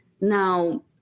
Now